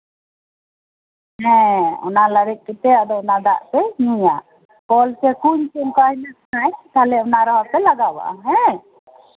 ᱦᱮᱸ ᱚᱱᱟ ᱞᱟᱲᱮᱡ ᱠᱟᱛᱮᱫ ᱟᱫᱚ ᱚᱱᱟ ᱫᱟᱜ ᱯᱮ ᱧᱩᱭᱟ ᱠᱚᱞ ᱥᱮ ᱠᱩᱧ ᱠᱷᱚᱱ ᱯᱮ ᱧᱩᱭ ᱠᱞᱷᱟᱱ ᱛᱟᱦᱞᱮ ᱚᱱᱟ ᱨᱮᱦᱚ ᱨᱟᱱ ᱯᱮ ᱞᱟᱜᱟᱣ ᱟᱜᱼᱟ ᱦᱮᱸ